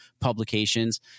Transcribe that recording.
publications